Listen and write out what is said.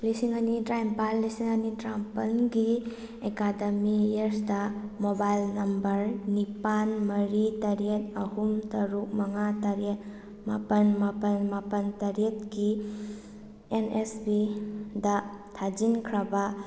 ꯂꯤꯁꯤꯡ ꯑꯅꯤ ꯇꯔꯥꯅꯤꯄꯥꯜ ꯂꯤꯁꯤꯡ ꯑꯅꯤ ꯇꯔꯥꯃꯥꯄꯜꯒꯤ ꯑꯦꯀꯥꯗꯦꯃꯤ ꯏꯌꯔꯁꯇ ꯃꯣꯕꯥꯏꯜ ꯅꯝꯕꯔ ꯅꯤꯄꯥꯜ ꯃꯔꯤ ꯇꯔꯦꯠ ꯑꯍꯨꯝ ꯇꯔꯨꯛ ꯃꯉꯥ ꯇꯔꯦꯠ ꯃꯥꯄꯜ ꯃꯥꯄꯜ ꯃꯥꯄꯜ ꯇꯔꯦꯠꯀꯤ ꯑꯦꯟ ꯑꯦꯁ ꯄꯤꯗ ꯊꯥꯖꯤꯟꯈ꯭ꯔꯕ